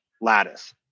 Lattice